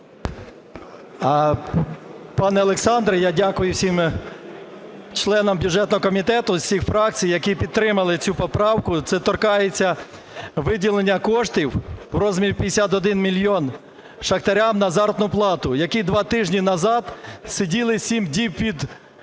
Пане Олександре, я дякую всім членам бюджетного комітету із всіх фракцій, які підтримали цю поправку. Це торкається виділення коштів у розмірі 51 мільйон шахтарям на заробітну плату, які 2 тижні назад сиділи 7 діб під землею,